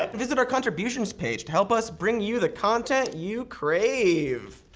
like visit our contributions page to help us bring you the content you crave.